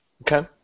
Okay